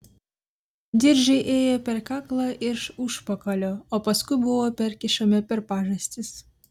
diržai ėjo per kaklą iš užpakalio o paskui buvo perkišami per pažastis